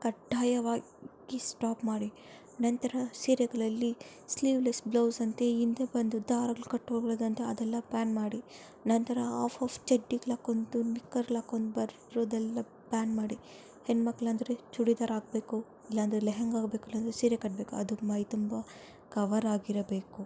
ಕಡ್ಡಾಯವಾಗಿ ಸ್ಟಾಪ್ ಮಾಡಿ ನಂತರ ಸೀರೆಗ್ಳಲ್ಲಿ ಸ್ಲೀವ್ಲೆಸ್ ಬ್ಲೌಸ್ ಅಂತೆ ಹಿಂದೆ ಬಂದು ದಾರಗ್ಳ್ ಕಟ್ಟೋಗೋದಂತೆ ಅದೆಲ್ಲ ಬ್ಯಾನ್ ಮಾಡಿ ನಂತರ ಆಫ್ ಆಫ್ ಚಡ್ಡಿಗ್ಳ್ ಹಾಕೊಂಡು ನಿಕ್ಕರಲ್ ಹಾಕೊಂಡ್ ಬರೋದೆಲ್ಲ ಬ್ಯಾನ್ ಮಾಡಿ ಹೆನ್ಮಕ್ಲಂದ್ರೆ ಚೂಡಿದಾರ್ ಹಾಕ್ಬೇಕು ಇಲ್ಲ ಅಂದರೆ ಲೆಹಂಗಾ ಹಾಕ್ಬೇಕು ಇಲ್ಲ ಅಂದರೆ ಸೀರೆ ಕಟ್ಬೇಕು ಅದು ಮೈ ತುಂಬ ಕವರಾಗಿರಬೇಕು